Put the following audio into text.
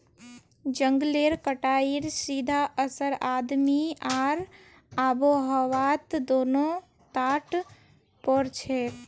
जंगलेर कटाईर सीधा असर आदमी आर आबोहवात दोनों टात पोरछेक